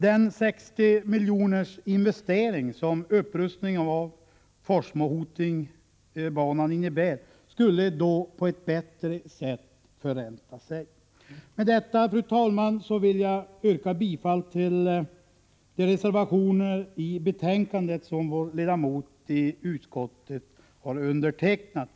Den 60-miljonersinvestering som upprustningen av Forsmo-Hoting-banan innebär skulle då på ett bättre sätt förränta sig. Med detta, fru talman, vill jag yrka bifall till de reservationer till betänkandet som vår ledamot i utskottet har undertecknat.